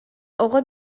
оҕо